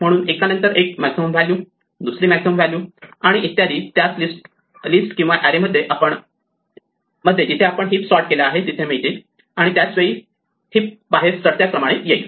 म्हणून एकानंतर एक मॅक्सिमम व्हॅल्यू दुसरी मॅक्सिमम व्हॅल्यू आणि इत्यादी त्याच लिस्ट किंवा एरे मध्ये जिथे आपण हीप सॉर्ट केला आहे तिथे मिळतील आणि त्याच वेळी हीप बाहेर चढत्या क्रमाने येईल